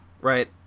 Right